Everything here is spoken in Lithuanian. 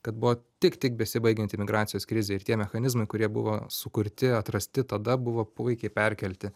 kad buvo tik tik besibaigianti migracijos krizė ir tie mechanizmai kurie buvo sukurti atrasti tada buvo puikiai perkelti